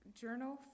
journal